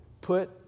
put